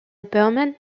burman